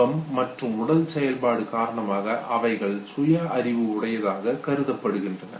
முகம் மற்றும் உடல் செயல்பாடு காரணமாக அவைகள் சுயஅறிவு உடையதாக கருதப்படுகின்றன